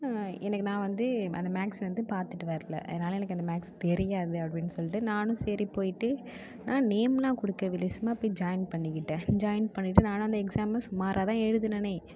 எனக்கு நான் வந்து அந்த மேக்ஸ் வந்து பார்த்துட்டு வர்லை அதனால் எனக்கு அந்த மேக்ஸ் தெரியாது அப்படின்னு சொல்லிவிட்டு நானும்சரி போய்விட்டு நேம்லாம் கொடுக்கவே இல்லை சும்மா போய் ஜாயின் பண்ணிக்கிட்டேன் ஜாயின் பண்ணிவிட்டு நானும் அந்த எக்ஸாம் சுமாராகதான் எழுதுனனே